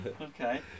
okay